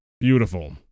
Beautiful